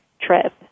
trip